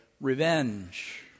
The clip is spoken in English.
revenge